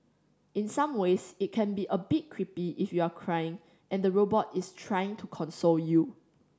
in some ways it can be a bit creepy if you're crying and the robot is trying to console you